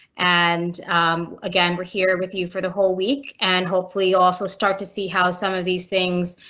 and again, we're here with you for the whole week and hopefully also start to see how some of these things,